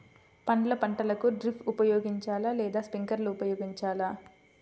పండ్ల పంటలకు డ్రిప్ ఉపయోగించాలా లేదా స్ప్రింక్లర్ ఉపయోగించాలా?